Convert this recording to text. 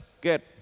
get